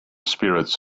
spirits